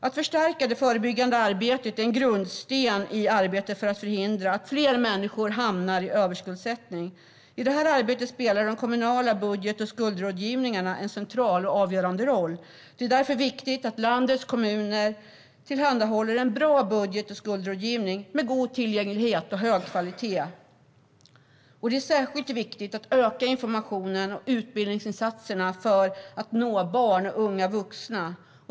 Att förstärka det förebyggande arbetet är en grundsten i arbetet för att förhindra att fler människor hamnar i överskuldsättning. I detta arbete spelar de kommunala budget och skuldrådgivningarna en central och avgörande roll. Det är därför viktigt att landets kommuner tillhandahåller en bra budget och skuldrådgivning med god tillgänglighet och hög kvalitet. Det är särskilt viktigt att öka informationen och utbildningsinsatserna för att nå barn och unga vuxna.